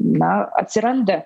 na atsiranda